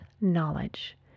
knowledge